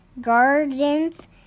gardens